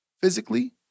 physically